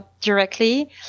directly